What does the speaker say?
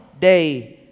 day